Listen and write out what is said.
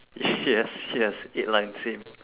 yes yes eight line same